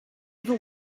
ever